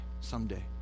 someday